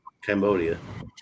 Cambodia